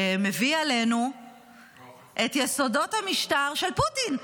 שמביא עלינו את יסודות המשטר של פוטין.